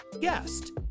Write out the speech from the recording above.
guest